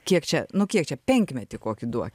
kiek čia nu kiek čia penkmetį kokį duok